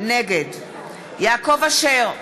נגד יעקב אשר,